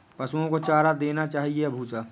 पशुओं को चारा देना चाहिए या भूसा?